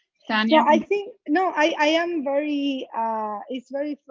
tania? i think, no, i am very, ah it's very.